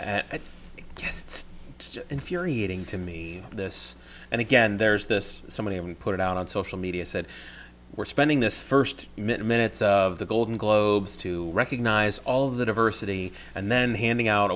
just infuriating to me this and again there's this somebody who put it out on social media said we're spending this first minute minutes of the golden globes to recognize all of the diversity and then handing out